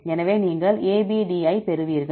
எனவே நீங்கள் ABD யைப் பெறுவீர்கள்